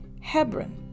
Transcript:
Hebron